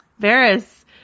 Varys